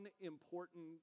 important